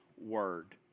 Word